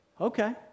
Okay